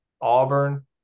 Auburn